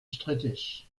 strittig